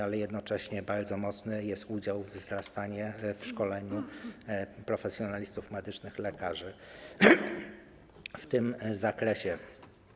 Ale jednocześnie bardzo mocny jest udział, wzrasta udział w szkoleniu profesjonalistów medycznych, lekarzy w tym zakresie.